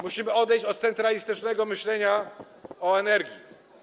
Musimy odejść od centralistycznego myślenia o energii.